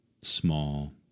small